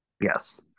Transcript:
Yes